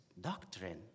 doctrine